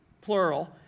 plural